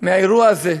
מהאירוע הזה,